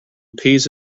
appease